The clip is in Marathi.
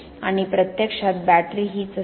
आणि प्रत्यक्षात बॅटरी हीच असते